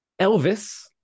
Elvis